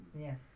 Yes